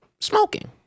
smoking